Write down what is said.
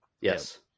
Yes